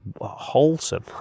Wholesome